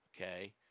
okay